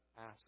ask